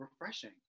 refreshing